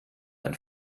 ein